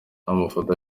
amafoto